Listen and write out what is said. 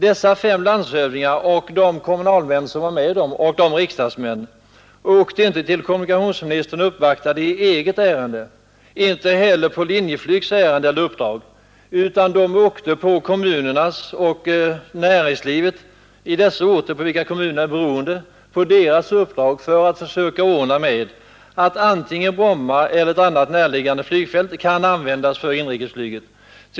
Dessa fem landshövdingar och de kommunalmän och riksdagsmän som var med dem åkte inte till kommunikationsministern och uppvaktade i eget ärende, inte heller på Linjeflygs uppdrag; de åkte på uppdrag av de kommuner och det näringsliv som dessa kommuner är beroende av för att försöka åstadkomma att antingen Bromma eller något annat näraliggande flygfält kan användas för inrikesflyget.